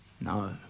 No